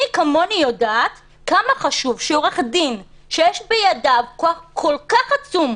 מי כמוני יודעת כמה חשוב שעורך דין שיש בידיו כוח כל כך עצום,